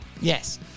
yes